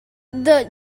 the